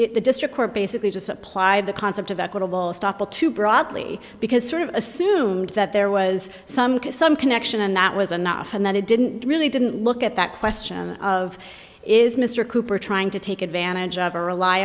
it the district court basically just applied the concept of equitable stoppel too broadly because sort of assumed that there was some cause some connection and that was enough and that it didn't really didn't look at that question of is mr cooper trying to take advantage of or rely